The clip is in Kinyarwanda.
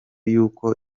y’uko